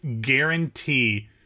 guarantee